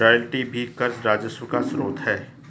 royalty भी कर राजस्व का स्रोत है